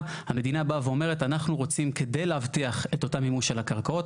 המדינה באה ואומרת אנחנו רוצים כדי להבטיח את אותו מימוש של הקרקעות